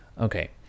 Okay